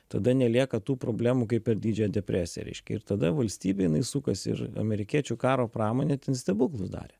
tada nelieka tų problemų kaip per didžiąją depresiją reiškia ir tada valstybė jinai sukasi ir amerikiečių karo pramonė stebuklus darė